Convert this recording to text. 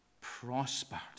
prospered